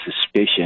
suspicion